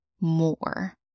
more